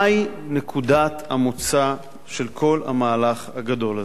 מהי נקודת המוצא של כל המהלך הגדול הזה?